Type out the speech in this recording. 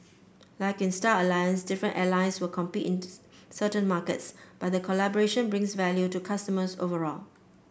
like in Star Alliance different airlines will compete in this certain markets but the collaboration brings value to customers overall